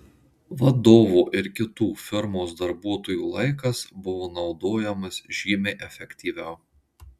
vadovo ir kitų firmos darbuotojų laikas buvo naudojamas žymiai efektyviau